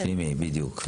פנימי, בדיוק.